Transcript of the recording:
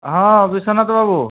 ହଁ ବିଶ୍ୱନାଥ ବାବୁ